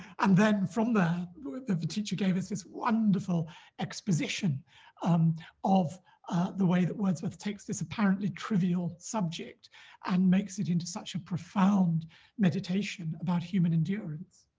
and then from there the the teacher gave us this wonderful exposition um of ah the way that wordsworth takes this apparently trivial subject and makes it into such a profound meditation about human endurance